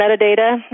metadata